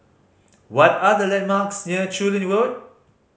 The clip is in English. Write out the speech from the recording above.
what are the landmarks near Chu Lin Road